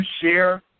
share